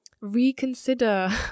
reconsider